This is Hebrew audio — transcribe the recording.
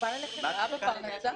לעומת זו,